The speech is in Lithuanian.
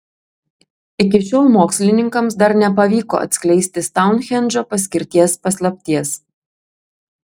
iki šiol mokslininkams dar nepavyko atskleisti stounhendžo paskirties paslapties